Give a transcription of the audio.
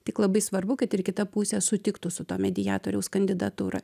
tik labai svarbu kad ir kita pusė sutiktų su to mediatoriaus kandidatūra